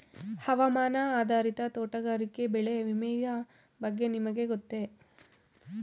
ಹವಾಮಾನ ಆಧಾರಿತ ತೋಟಗಾರಿಕೆ ಬೆಳೆ ವಿಮೆಯ ಬಗ್ಗೆ ನಿಮಗೆ ಗೊತ್ತೇ?